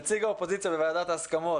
נציג האופוזיציה בוועדת ההסכמות